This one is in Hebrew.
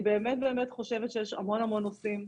אני חושבת שיש המון נושאים,